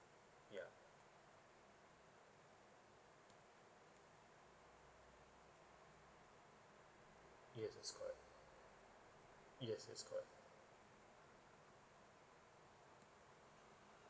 ya yes that's correct yes that's correct